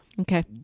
Okay